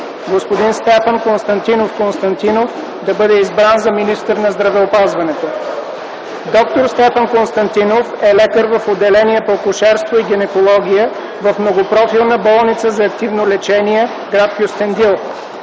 Господин Стефан Константинов Константинов да бъде избран за министър на здравеопазването. Доктор Стефан Константинов е лекар в отделение по акушерство и гинекология в Многопрофилна болница за активно лечение – гр. Кюстендил,